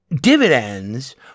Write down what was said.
dividends